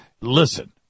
listen